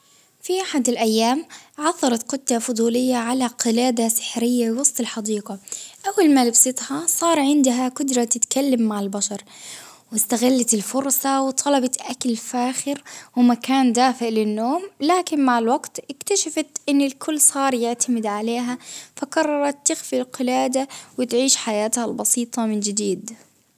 في أحد الأيام عثر السكة فضولية على قلادة سحرية وسط الحديقة، أول ما لبستها صار عندها قدرة تتكلم مع البشر، إستغلت الفرصة وطلبت أكل فاخر ومكان دافئ للنوم ،لكن مع الوقت إكتشفت إن الكل صار يعتمد عليها، فقررت تخفي القلادة وتعيش حياتها البسيطة من جديد.